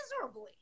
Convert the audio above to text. miserably